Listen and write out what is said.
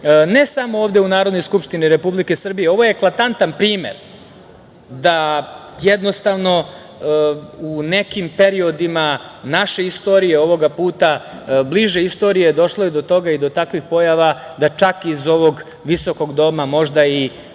ne samo ovde u Skupštini Narodne Republike Srbije, ovo je eklatantan primer da, jednostavno, u nekim periodima naše istorije, ovoga puta bliže istorije, došlo je do toga i do takvih pojava da čak i iz ovog visokog doma, možda i